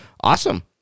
awesome